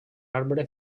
arbre